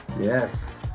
Yes